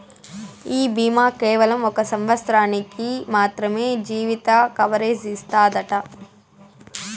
ఈ బీమా కేవలం ఒక సంవత్సరానికి మాత్రమే జీవిత కవరేజ్ ఇస్తాదట